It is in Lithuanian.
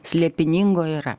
slėpiningo yra